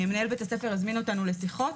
מנהל בית הספר הזמין אותנו לשיחות,